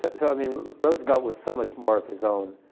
so i mean roosevelt was so much more of his own